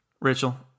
rachel